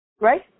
Right